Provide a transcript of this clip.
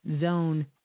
zone